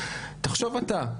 תחשוב אתה,